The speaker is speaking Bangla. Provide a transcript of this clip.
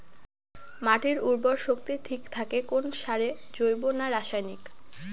মাটির উর্বর শক্তি ঠিক থাকে কোন সারে জৈব না রাসায়নিক?